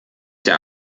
der